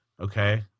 Okay